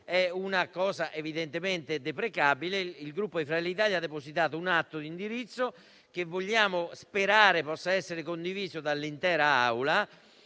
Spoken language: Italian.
è una cosa evidentemente deprecabile. Il Gruppo Fratelli d'Italia ha depositato un atto di indirizzo, che speriamo possa essere condiviso dall'intera